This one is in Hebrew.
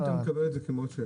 אם אתה מקבל את זה כמו שהן.